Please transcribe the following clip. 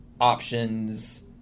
options